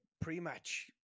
pre-match